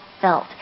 felt